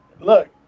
look